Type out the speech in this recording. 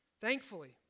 Thankfully